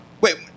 Wait